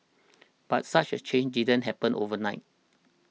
but such a change didn't happen overnight